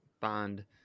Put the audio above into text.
Bond